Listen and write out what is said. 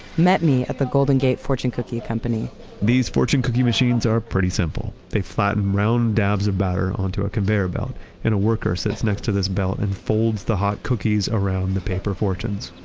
met me at the golden gate fortune cookie company these fortune cookie machines are pretty simple. they flatten round dabs of batter onto a conveyor belt and a worker sits next to this belt and folds the hot cookies around the paper fortunes,